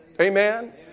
Amen